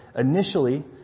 initially